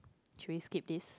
should we skip this